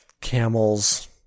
camels